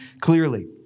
clearly